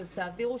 אז תעבירו,